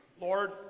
Lord